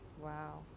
Wow